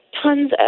tons